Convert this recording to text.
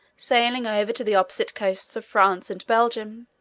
sailing over to the opposite coasts of france and belgium,